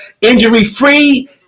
injury-free